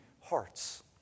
hearts